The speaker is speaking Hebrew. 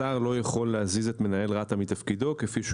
השר לא יכול להזיז את מנהל רת"א מתפקידו כפי שהוא